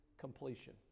completion